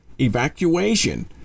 evacuation